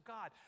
God